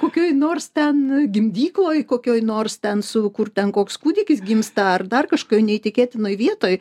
kokioje nors ten gimdykloj kokioj nors ten su kur ten koks kūdikis gimsta ar dar kažką neįtikėtinoj vietoj